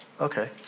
Okay